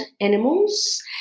animals